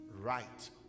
right